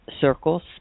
circles